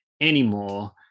anymore